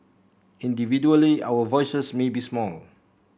individually our voices may be small